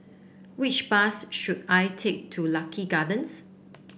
which bus should I take to Lucky Gardens